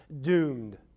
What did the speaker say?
doomed